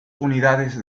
unidades